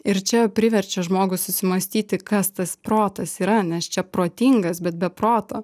ir čia priverčia žmogų susimąstyti kas tas protas yra nes čia protingas bet be proto